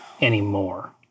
anymore